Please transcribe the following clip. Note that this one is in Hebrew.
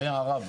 ראה עראבה.